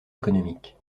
économique